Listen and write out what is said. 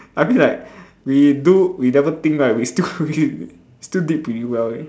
I feel like we do we never think right we still we still did pretty well eh